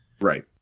Right